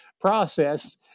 process